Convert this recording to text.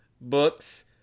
books